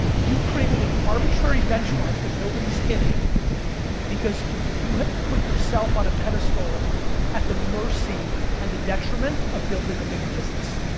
you've created an arbitrary benchmark that nobody's hitting because you have put yourself on a pedestal at the mercy and the detriment of building a bigger business,